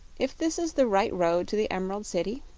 if this is the right road to the emerald city?